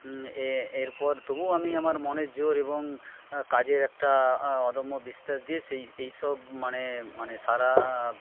এ এরপর তবুও আমি আমার মনের জোড় এবং কাজের একটা অদম্য বিস্তার দিয়ে সেই এই সব মানে মানে সারা